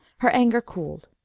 her anger cooled.